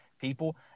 people –